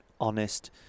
honest